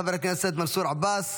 חבר הכנסת מנסור עבאס,